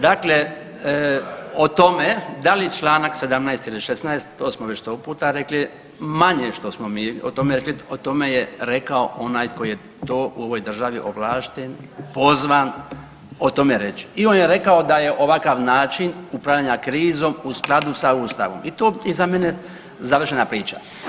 Dakle, o tome da li čl. 17 ili 16, to smo već 100 puta rekli, manje što smo mi o tome rekli, o tome je rekao onaj koji je to u ovoj državi ovlašten i pozvan o tome reći i on je rekao da je ovakav način upravljanja krizom u skladu sa Ustavom i to je za mene završena priča.